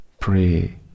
Pray